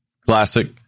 classic